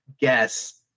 guess